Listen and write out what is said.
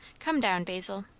come down, basil.